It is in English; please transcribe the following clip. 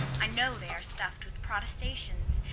i know they are stuff'd with protestations,